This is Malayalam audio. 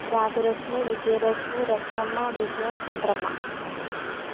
രാജലക്ഷ്മി വിജയലക്ഷ്മി രത്നമ്മ വിജയൻ ചന്ദ്രമ്മ